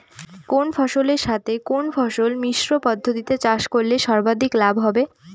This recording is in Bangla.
কোন ফসলের সাথে কোন ফসল মিশ্র পদ্ধতিতে চাষ করলে সর্বাধিক লাভ হবে?